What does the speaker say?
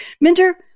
Minder